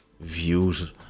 views